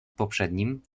poprzednim